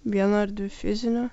vieną ar dvi fizinio